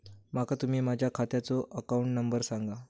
माका तुम्ही माझ्या खात्याचो अकाउंट नंबर सांगा?